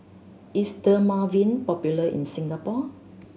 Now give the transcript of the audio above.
is Dermaveen popular in Singapore